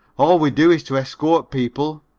all we do is to escort people.